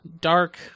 dark